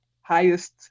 highest